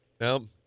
no